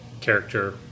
character